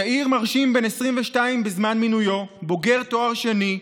צעיר מרשים בן 22 בזמן מינויו, בוגר תואר שני,